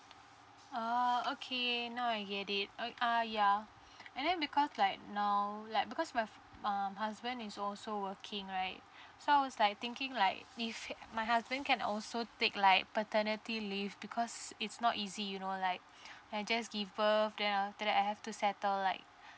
oh okay now I get it o~ uh yeah and then because like now like because my uh husband is also working right so I was like thinking like if my husband can also take like paternity leave because it's not easy you know like I just give birth then I'll have to settle like